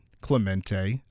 Clemente